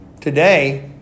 today